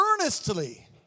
earnestly